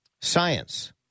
science